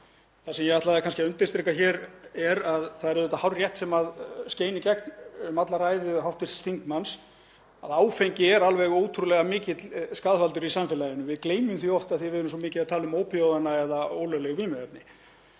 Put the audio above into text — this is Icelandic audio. Það sem ég ætlaði kannski að undirstrika hér er að það er auðvitað hárrétt sem skein í gegnum alla ræðu hv. þingmanns að áfengi er alveg ótrúlega mikill skaðvaldur í samfélaginu. Við gleymum því oft af því við erum svo mikið að tala um ópíóíðana eða ólögleg vímuefni.